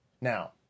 Now